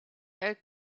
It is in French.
elle